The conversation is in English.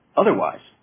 otherwise